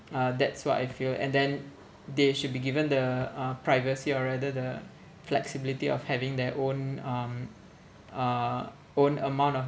uh that's what I feel and then they should be given the uh privacy or rather the flexibility of having their own um uh own amount of